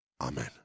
Amen